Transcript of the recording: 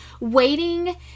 Waiting